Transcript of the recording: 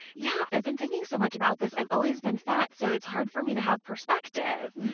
yeah i've been thinking so much about this. i've always been fat, so it's hard for me to have perspective.